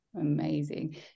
Amazing